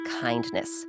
kindness